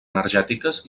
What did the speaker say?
energètiques